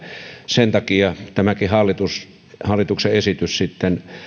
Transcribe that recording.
sen takia tämäkin hallituksen esitys sitten sitä